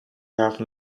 have